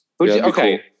Okay